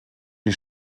die